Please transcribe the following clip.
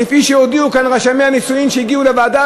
כפי שהודיעו כאן רשמי הנישואין שהגיעו לוועדה,